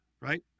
right